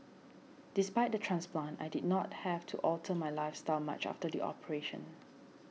despite the transplant I did not have to alter my lifestyle star much after the operation